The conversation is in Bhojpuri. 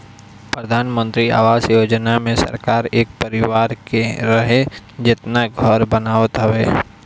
प्रधानमंत्री आवास योजना मे सरकार एक परिवार के रहे जेतना घर बनावत हवे